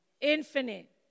infinite